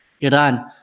Iran